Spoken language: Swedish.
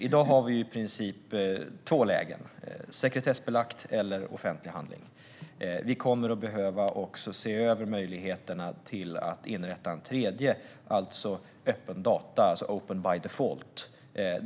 I dag har vi i princip två lägen: sekretessbelagt eller offentlig handling. Vi kommer att behöva se över möjligheterna att inrätta ett tredje läge: öppna data eller open by default.